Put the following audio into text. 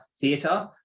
theatre